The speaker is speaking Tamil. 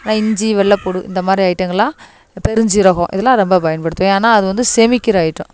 ஆனால் இஞ்சி வெள்ளை பூண்டு இந்த மாதிரி ஐட்டங்களெலாம் பெரும் ஜீரகம் இதெல்லாம் ரொம்ப பயன்படுத்துவேன் ஏனால் அது வந்து செரிக்கிற ஐட்டம்